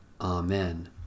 Amen